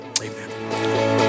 amen